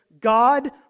God